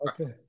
Okay